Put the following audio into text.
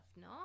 no